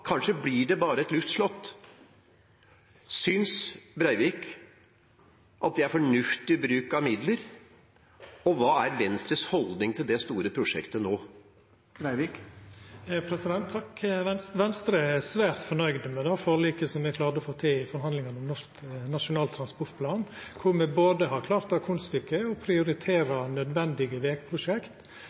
Kanskje blir det bare et luftslott. Synes Breivik at det er fornuftig bruk av midler? Hva er Venstres holdning til dette store prosjektet nå? I Venstre er me svært fornøgde med det forliket som me klarte å få til i forhandlingane om Nasjonal transportplan, kor me har klart det kunststykket å prioritera nødvendige vegprosjekt,